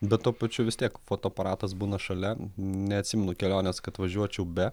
bet tuo pačiu vis tiek fotoaparatas būna šalia neatsimenu kelionės kad važiuočiau be